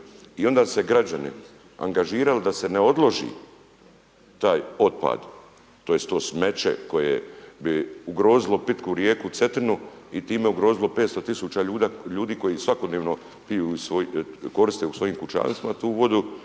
I onda su se građani angažirali da se ne odloži taj otpad, tj. to smeće koje bi ugrozilo pitku rijeku Cetinu i time ugrozilo 500 tisuća ljudi koji svakodnevno piju i koriste u svojim kućanstvima tu vodu,